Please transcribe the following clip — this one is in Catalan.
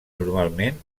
normalment